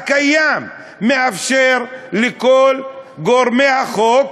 הקיים, מאפשר לכל גורמי החוק